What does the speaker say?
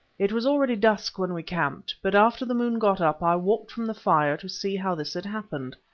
it was already dusk when we camped but after the moon got up i walked from the fire to see how this had happened.